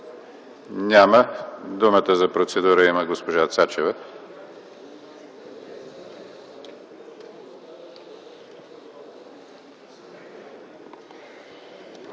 Няма. Думата за процедура има госпожа Цачева.